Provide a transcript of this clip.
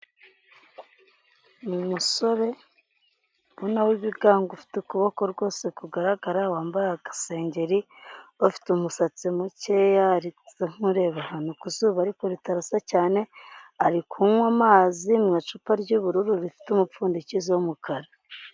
Ni umusore ubona w'ibigango ufite ukuboko rwose kugaragara wambaye agasengeri ufite umusatsi mukeya ari gusa nk'ureba ahantu ku izuba ariko ritarasa cyane, ari kunywa amazi mu icupa ry'ubururu rifite umupfundikizo w'umukara.